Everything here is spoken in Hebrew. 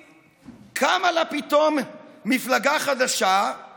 צריך להפסיק את זה מייד.